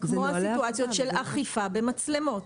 כמו הסיטואציות של אכיפה במצלמות.